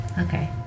Okay